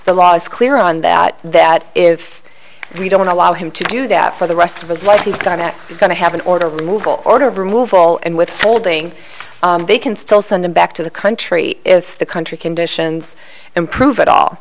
the law is clear on that that if we don't allow him to do that for the rest of his life he's going to be going to have an order removal order of removal and withholding they can still send him back to the country if the country conditions improve at all